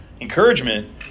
encouragement